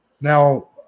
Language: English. Now